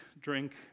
drink